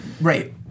Right